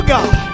God